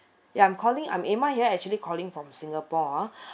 yeah I'm calling I'm emma here actually calling from singapore ah